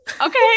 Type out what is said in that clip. Okay